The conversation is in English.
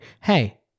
hey